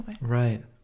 Right